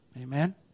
Amen